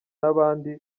n’abandi